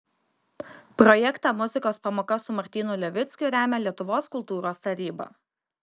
projektą muzikos pamoka su martynu levickiu remia lietuvos kultūros taryba